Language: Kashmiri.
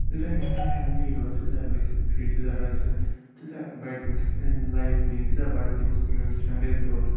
یوٗتاہ اِنسان ہٮ۪لدی روزِ تیوٗتاہ گژھِ سُہ فِٹ تیوٗتاہ روزِ سُہ تیوٗتاہ بَڑِ تٔمِس لایف بیٖنٛگ تیٖژاہ بَڑَن تٔمِس اِمیوٗن سِسٹَم گژھِ دوٚر